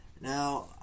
Now